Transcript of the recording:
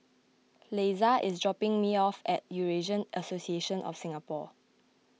Leisa is dropping me off at Eurasian Association of Singapore